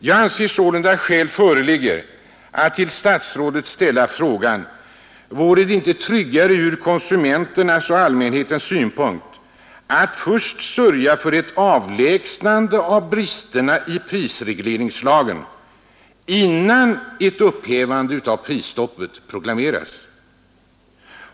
Jag anser sålunda skäl föreligga att till statsrådet ställa följande frågor: För det första: Vore det inte tryggare ur konsumenternas och allmänhetens synpunkt att först sörja för ett avlägsnande av bristerna i prisregleringslagen innan ett upphävande av prisstoppet proklameras?